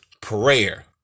prayer